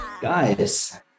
Guys